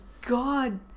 god